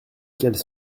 quels